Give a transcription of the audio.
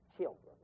children